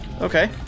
Okay